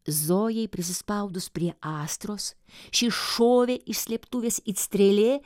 zojai prisispaudus prie astros ši šovė iš slėptuvės it strėlė